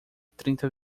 trinta